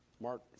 Mark